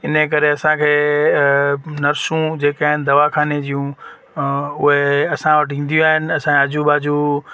इनजे करे असांखे नर्सूं जेके आहिनि दवाख़ाने जूं अं उहे असां वटि ईंदियूं आहिनि असांजे आजू बाजू